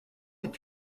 est